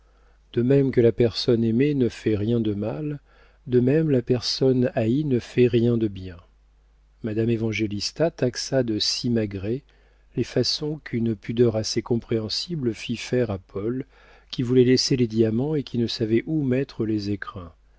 de même que la personne aimée ne fait rien de mal de même la personne haïe ne fait rien de bien madame évangélista taxa de simagrées les façons qu'une pudeur assez compréhensible fit faire à paul qui voulait laisser les diamants et qui ne savait où mettre les écrins